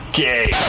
gay